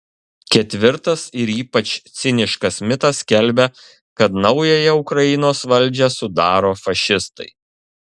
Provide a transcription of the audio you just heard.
ketvirtas ir ypač ciniškas mitas skelbia kad naująją ukrainos valdžią sudaro fašistai